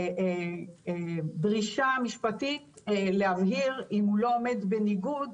יש דרישה משפטית להבהיר אם הוא לא עומד בניגוד